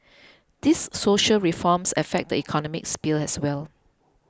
these social reforms affect the economic sphere as well